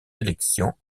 élections